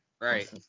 Right